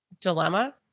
dilemma